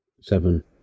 Seven